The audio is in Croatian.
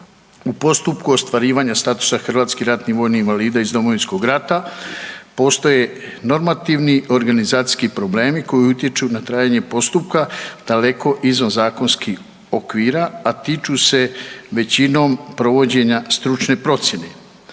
U postupku ostvarivanja statusa hrvatskih ratnih vojnih invalida iz Domovinskog rata postoje normativni organizacijski problemi koji utječu na trajanje postupka daleko izvan zakonskih okvira, a tiču se većinom provođenja stručne procjene.